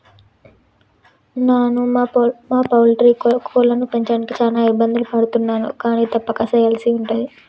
నాను మా పౌల్ట్రీలో కోళ్లను పెంచడానికి చాన ఇబ్బందులు పడుతున్నాను కానీ తప్పక సెయ్యల్సి ఉంటది